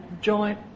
joint